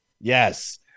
yes